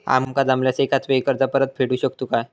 आमका जमल्यास एकाच वेळी कर्ज परत फेडू शकतू काय?